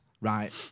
Right